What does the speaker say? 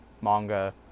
manga